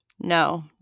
No